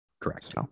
Correct